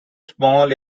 small